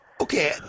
Okay